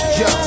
yo